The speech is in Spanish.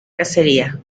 cacería